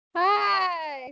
hi